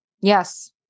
Yes